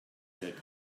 said